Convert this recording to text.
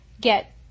get